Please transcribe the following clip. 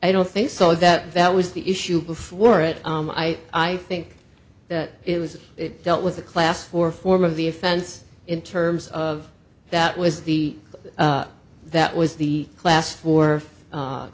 i don't think so that that was the issue before it i think that it was it dealt with the class or form of the offense in terms of that was the that was the class for